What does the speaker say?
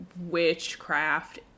witchcraft